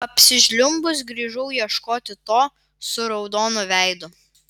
apsižliumbus grįžau ieškoti to su raudonu veidu